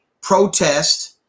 protest